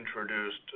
introduced